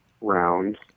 round